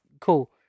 cool